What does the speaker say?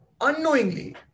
unknowingly